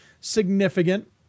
significant